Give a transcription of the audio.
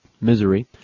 Misery